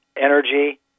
Energy